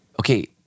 Okay